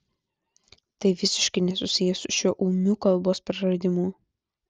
tai visiškai nesusiję su šiuo ūmiu kalbos praradimu